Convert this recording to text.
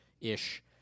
ish